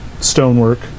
stonework